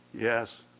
Yes